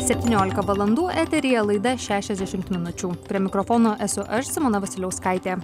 septyniolika valandų eteryje laida šešiasdešimt minučių prie mikrofono esu aš simona vasiliauskaitė